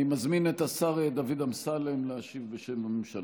אני מזמין את השר דוד אמסלם להשיב בשם הממשלה.